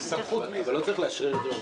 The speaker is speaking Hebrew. אבל לא צריך לאשר את זה בוועדה.